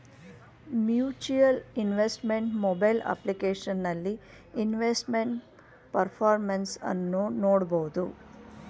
mutual investment mobile ಅಪ್ಲಿಕೇಶನಲ್ಲಿ investment performance ಅನ್ನು ನೋಡ್ಬೋದು